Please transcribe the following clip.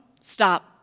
Stop